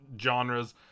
genres